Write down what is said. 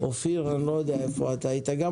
אופיר אני לא יודע איפה אתה היית,